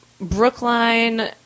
Brookline